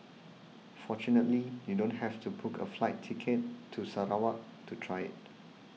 fortunately you don't have to book a flight ticket to Sarawak to try it